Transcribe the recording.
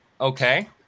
okay